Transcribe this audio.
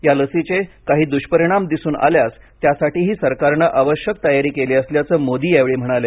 या लसीचे काही दुष्परिणाम दिसून आल्यास त्यासाठीही सरकारनं आवश्यक तयारी केली असल्याचं मोदी यावेळी म्हणाले